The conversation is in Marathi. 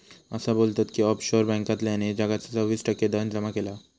असा बोलतत की ऑफशोअर बॅन्कांतल्यानी जगाचा सव्वीस टक्के धन जमा केला हा